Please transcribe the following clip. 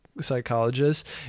psychologist